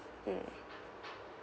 mm